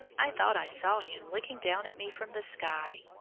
i thought i saw him looking down at me from the sky.